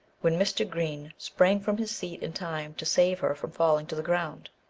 when mr. green sprang from his seat in time to save her from falling to the ground.